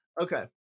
Okay